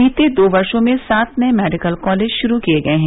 बीते दो वर्षो में सात नए मेडिकल कॉलेज शुरू किए गये हैं